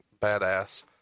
badass